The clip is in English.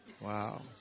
Wow